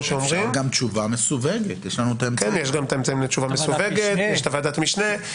יש גם אמצעים לתשובה מסווגת, יש גם ועדת משנה.